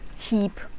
keep